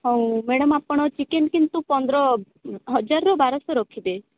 ହଉ ମ୍ୟାଡମ୍ ଆପଣ ଚିକେନ୍ କିନ୍ତୁ ପନ୍ଦର ହଜାରରୁ ବାରଶହ ରଖିବେ